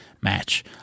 match